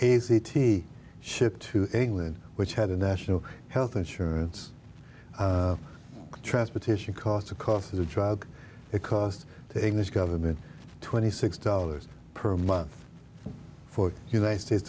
t shipped to england which had a national health insurance transportation costs a cost of the drug it cost the english government twenty six dollars per month for united states